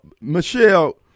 Michelle